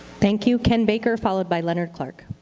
thank you. ken baker followed by leonard clark.